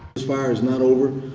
this fire is not over.